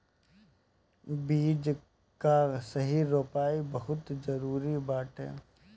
बीज कअ सही रोपाई बहुते जरुरी बाटे